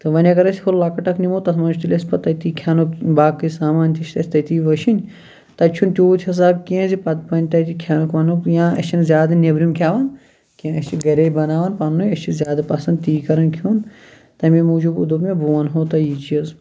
وۄنۍ اَگَر أسۍ ہہُ لَکٕٹۍ اکھ نِمو تَتھ مَنٛز چھِ تیٚلہِ اَسہِ پتہٕ تٔتی کھیٚنُک باقٕے سامان تہِ چھ اَسہِ تٔتی وٕچھِنۍ تَتہِ چھُ نہٕ تیوٗت حِساب کینٛہہ زِ پَتہ بَنہِ تَتہِ کھیٚنُک ویٚنُک یا اَسہِ چھَ نہٕ زیادٕ نٮ۪برِم کھیٚوان کینٛہہ أسۍ چھِ گَرے بَناوان پَننٕے أسۍ چھِ زیادٕ پَسَنٛد تی کَرَن کھیٚون تمے موٗجوب دوٚپ مےٚ بہٕ وَنہو تۄہہِ یہِ چیٖز